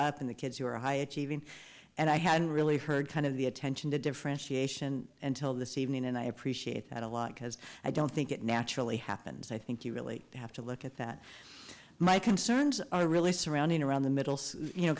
up in the kids who are high achieving and i hadn't really heard kind of the attention to differentiation until this evening and i appreciate that a lot because i don't think it naturally happens i think you really have to look at that my concerns are really surrounding around the middle so you know